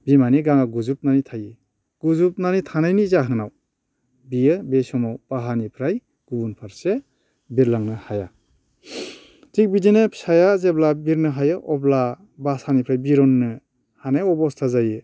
बिमानि गाङा गुजोबनानै थायो गुजोबनानै थानायनि जाहोनाव बियो बे समाव बाहानिफ्राय गुबुन फारसे बिरलांनो हाया थिग बिदिनो फिसाया जेब्ला बिरनो हायो अब्ला बासानिफ्राय बिरुंनो हानाय अबस्था जायो